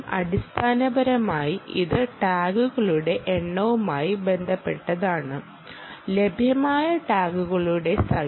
അടിസ്ഥാനപരമായി ഇത് ടാഗുകളുടെ എണ്ണവുമായി ബന്ധപ്പെട്ടതാണ് ലഭ്യമായ ടാഗുകളുടെ സംഖ്യ